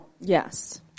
Yes